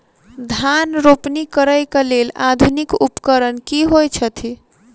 धान रोपनी करै कऽ लेल आधुनिक उपकरण की होइ छथि?